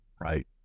Right